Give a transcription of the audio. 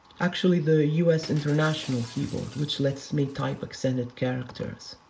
actually the us international keyboard, which lets me type accented characters.